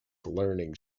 learning